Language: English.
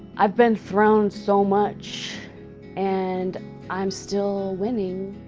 i've been thrown so much and i'm still winning.